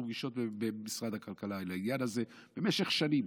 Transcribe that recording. פגישות במשרד הכלכלה על העניין הזה במשך שנים.